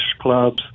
clubs